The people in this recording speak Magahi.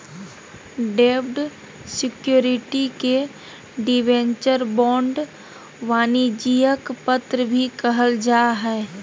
डेब्ट सिक्योरिटी के डिबेंचर, बांड, वाणिज्यिक पत्र भी कहल जा हय